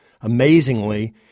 Amazingly